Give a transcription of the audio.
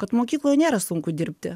kad mokykloj nėra sunku dirbti